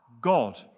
God